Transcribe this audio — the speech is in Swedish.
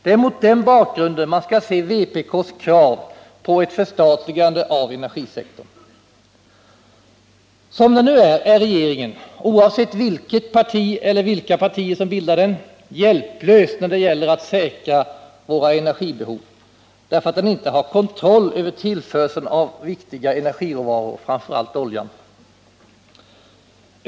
Det är mot denna bakgrund man skall se vpk:s krav på ett förstatligande av energisektorn. Nu är regeringen, oavsett vilket parti eller vilka partier som bildar den, hjälplös när det gäller att säkra vårt energibehov, därför att den inte har kontroll över tillförseln av våra viktigaste energiråvaror, framför allt oljan.